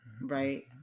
right